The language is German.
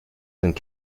sind